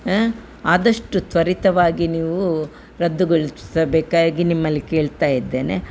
ಆಂ ಆದಷ್ಟು ತ್ವರಿತವಾಗಿ ನೀವು ರದ್ದುಗೊಳಿಸಬೇಕಾಗಿ ನಿಮ್ಮಲ್ಲಿ ಕೇಳ್ತಾ ಇದ್ದೇನೆ